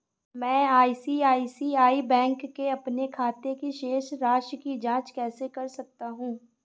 मैं ICICI bank के अपने खाते की शेष राशि की जाँच कैसे कर सकता हूँ?